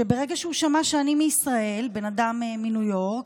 שברגע שהוא שמע שאני מישראל, בן אדם מניו יורק,